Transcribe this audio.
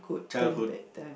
childhood